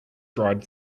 dried